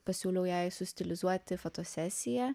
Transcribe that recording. pasiūliau jai sustilizuoti fotosesiją